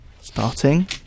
starting